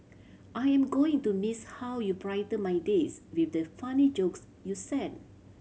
I am going to miss how you brighten my days with the funny jokes you sent